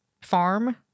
farm